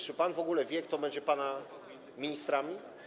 Czy pan w ogóle wie, kto będzie pana ministrami?